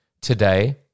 today